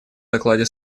докладе